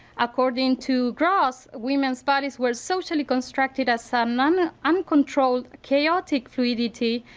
according to cross, women's bodies were socially constructed as some uncontrolled chaotic fluidity,